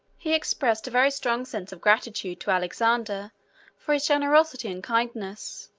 he expressed a very strong sense of gratitude to alexander for his generosity and kindness,